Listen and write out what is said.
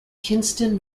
kinston